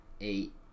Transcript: eight